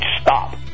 stop